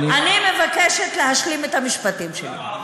אני מבקשת להשלים את המשפטים שלי.